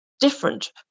different